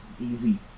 easy